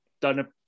done